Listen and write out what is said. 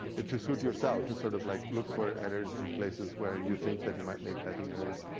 ah to suit yourself, to sort of like look for errors in places where you think that you might make typing errors.